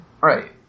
Right